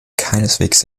keineswegs